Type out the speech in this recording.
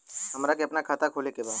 हमरा के अपना खाता खोले के बा?